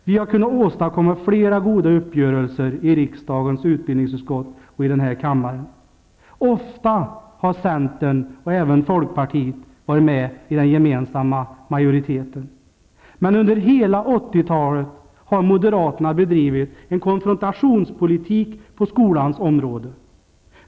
Vi har kunnat åstadkomma flera goda uppgörelser i riksdagens utbildningsutskott och i denna kammare. Ofta har centern och även folkpartiet varit med i den gemensamma majoriteten. Men under hela 80-talet har moderaterna bedrivit en konfrontationspolitik på skolans område.